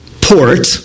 Port